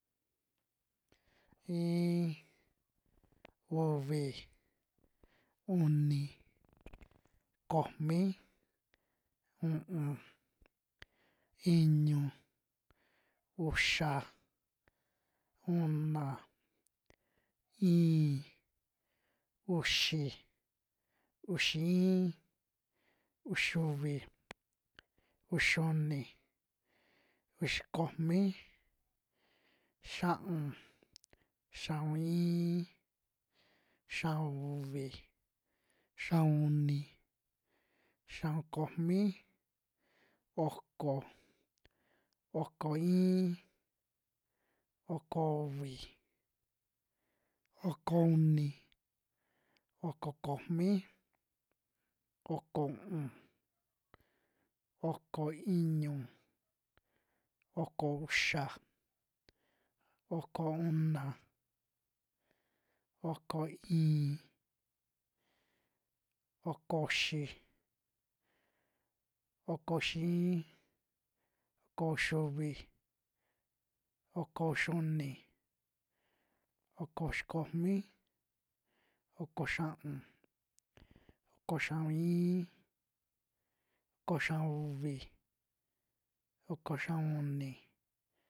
Iin, uvi, uni, komi, u'un, iñu, uxa, una, i'in, uxi, uxi iin, uxiuvi, uxiuni, uxi komi, xia'un, xia'un iin, xia'un uvi, xia'un uni, xia'un komi, oko, oko iin, oko uvi, oko uni, oko komi, oko u'un, oko iñu, oko uxa, oko una, oko i'in, oko uxi, oko uxi iin, oko uxiuvi, oko uxiuni, oko uxi komi, oko xia'un, oko xia'un iin, oko xia'un uvi, oko xia'un uni.